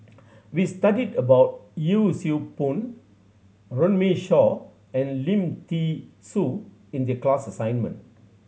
we studied about Yee Siew Pun Runme Shaw and Lim Thean Soo in the class assignment